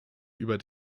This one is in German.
über